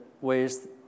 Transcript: ways